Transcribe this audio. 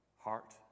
Heart